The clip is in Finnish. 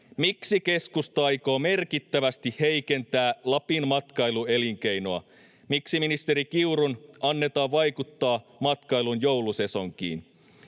Miksi keskusta aikoo merkittävästi heikentää Lapin matkailuelinkeinoa? Miksi ministeri Kiurun annetaan vaikuttaa matkailun joulusesonkiin?